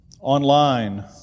online